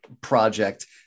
project